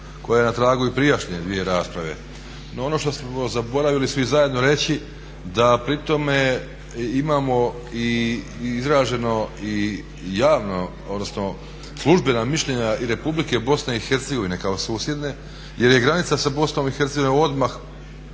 koja je na tragu i prijašnje dvije rasprave. No ono što smo zaboravili svi zajedno reći, da pri tome imamo izraženo i javno odnosno službena mišljenja i Republike Bosne i Hercegovine kao susjedne jer je granica sa BiH odmah